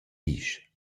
disch